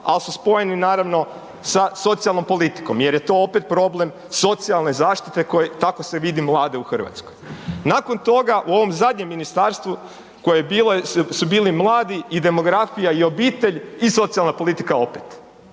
ali su spojeni naravno sa socijalnom politikom jer je to opet problem socijalne zaštite, tako se vidi mlade u Hrvatskoj. Nakon toga u ovom zadnjem ministarstvu koje je bilo su bili mladi i demografija i obitelj i socijalna politika opet.